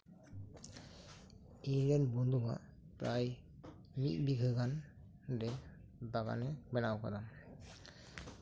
ᱤᱧ ᱨᱮᱱ ᱵᱚᱱᱫᱷᱩ ᱟᱜ ᱯᱨᱟᱭ ᱢᱤᱫ ᱵᱤᱜᱷᱟᱹ ᱜᱟᱱᱨᱮ ᱵᱟᱜᱟᱱ ᱮ ᱵᱮᱱᱟᱟᱣ ᱟᱠᱟᱫᱟ